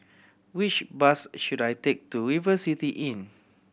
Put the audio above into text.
which bus should I take to River City Inn